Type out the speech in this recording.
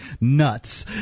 nuts